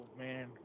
man